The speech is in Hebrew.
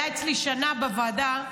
היה אצלי שנה בוועדה,